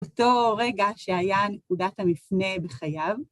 אותו רגע שהיה נקודת המפנה בחייו.